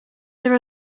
there